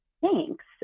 Thanks